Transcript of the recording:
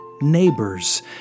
neighbors